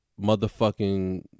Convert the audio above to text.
motherfucking